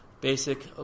Basic